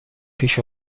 پیش